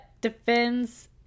defends